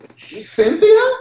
Cynthia